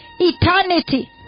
eternity